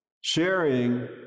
sharing